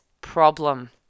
problem